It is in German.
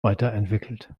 weiterentwickelt